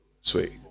Sweet